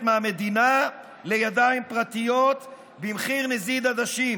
מהמדינה לידיים פרטיות במחיר נזיד עדשים.